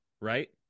right